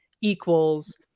equals